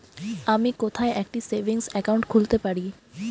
আমি কোথায় একটি সেভিংস অ্যাকাউন্ট খুলতে পারি?